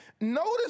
Notice